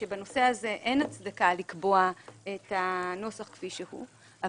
שבנושא זה אין הצדקה לקבוע את הנוסח כפי שהוצג אבל